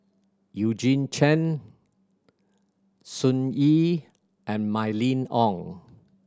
Eugene Chen Sun Yee and Mylene Ong